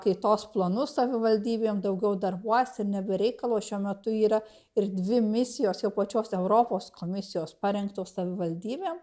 kaitos planus savivaldybėm daugiau darbuojasi ir ne be reikalo šiuo metu yra ir dvi misijos jau pačios europos komisijos parengtos savivaldybėm